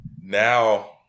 Now